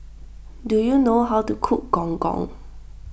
do you know how to cook Gong Gong